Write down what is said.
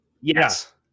Yes